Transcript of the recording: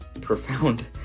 profound